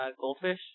goldfish